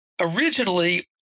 originally